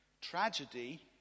Tragedy